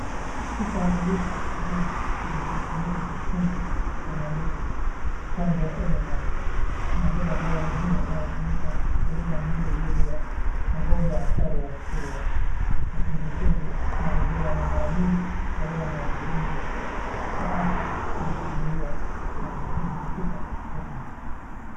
Chupa ya mililita ishirini yenye kifuniko jekundu cha maandishi chanjo MMR . Inabeba dawa muhimu inayotumika kulinda mwili dhidi ya magonjwa hatari ya surua, matumbwitumbwi na rubela, na mara nyingi hutolewa na wahudumu wa afya ili kuzuia maambukizi katika jamii.